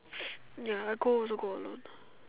ya I go also go alone